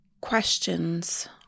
questions